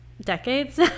decades